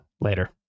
Later